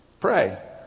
Pray